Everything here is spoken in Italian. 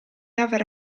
aver